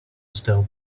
still